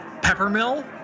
Peppermill